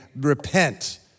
repent